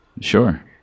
Sure